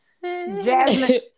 Jasmine